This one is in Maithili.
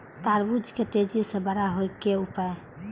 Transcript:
तरबूज के तेजी से बड़ा होय के उपाय?